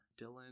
dylan